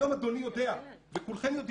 היום אדוני יודע וכולכם יודעים,